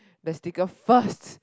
the sticker first